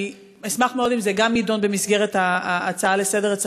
ואני אשמח מאוד אם גם זה יידון במסגרת ההצעה לסדר-היום